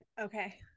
Okay